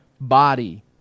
body